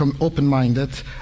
open-minded